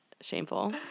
shameful